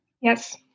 yes